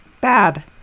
Bad